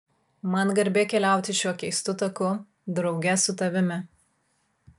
man garbė keliauti šiuo keistu taku drauge su tavimi